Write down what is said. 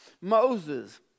Moses